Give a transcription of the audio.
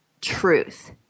truth